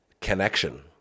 connection